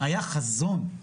היה חזון.